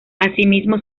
asimismo